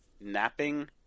napping